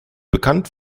bekannt